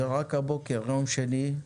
רק הבוקר, יום שני,